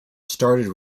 started